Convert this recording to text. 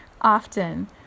often